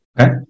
okay